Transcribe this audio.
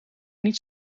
niet